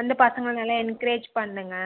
வந்து பசங்கள நல்லா என்கரேஜ் பண்ணுங்க